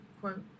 quote